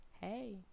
hey